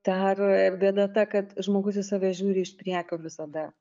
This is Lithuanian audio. dar bėda ta kad žmogus į save žiūri iš priekio visada